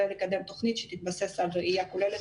ולקדם תוכנית שתתבסס על ראייה כוללת